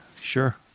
sure